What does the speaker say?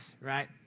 right